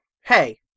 Hey